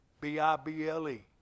B-I-B-L-E